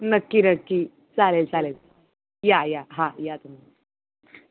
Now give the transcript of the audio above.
नक्की नक्की चालेल चालेल या या हां या तुम्ही